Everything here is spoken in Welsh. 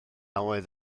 oedd